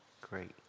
great